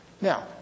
Now